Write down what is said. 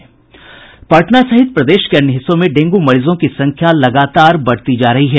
पटना सहित प्रदेश के अन्य हिस्सों में डेंगू मरीजों की संख्या लगातार बढ़ती जा रही है